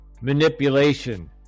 manipulation